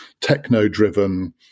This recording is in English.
techno-driven